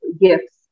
gifts